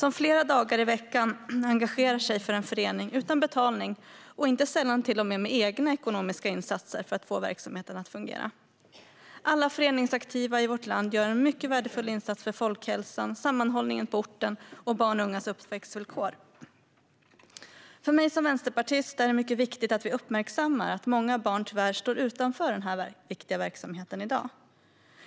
De engagerar sig flera dagar i veckan för en förening utan betalning och inte sällan till och med med stora egna ekonomiska insatser för att få verksamheten att fungera. Alla föreningsaktiva i vårt land gör en mycket värdefull insats för folkhälsan, för sammanhållningen på orten samt för barn och ungas uppväxtvillkor. För mig som vänsterpartist är det mycket viktigt att vi uppmärksammar att många barn tyvärr står utanför den här viktiga verksamheten i dag.